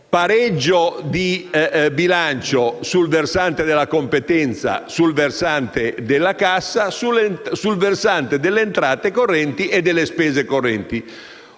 pareggio di bilancio sul versante della competenza e della cassa, sul versante delle entrate e delle spese correnti.